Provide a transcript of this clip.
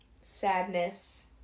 sadness